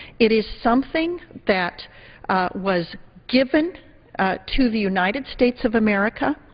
it is something that was given to the united states of america,